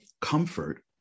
Comfort